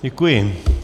Děkuji.